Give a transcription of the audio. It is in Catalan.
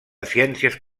ciències